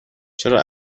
چرا